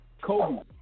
Kobe